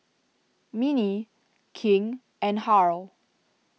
Minnie King and Harl